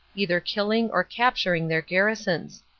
either killing or captur ing their garrisons.